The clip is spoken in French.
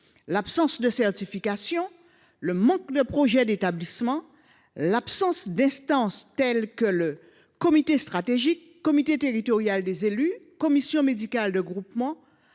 L’absence de certification, le manque de projet d’établissement, l’absence d’instances telles que le comité stratégique, le comité territorial des élus et la commission médicale de groupement